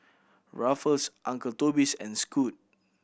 Ruffles Uncle Toby's and Scoot